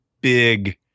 big